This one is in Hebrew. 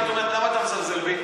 היית אומרת: למה אתה מזלזל בי?